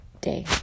day